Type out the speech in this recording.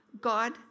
God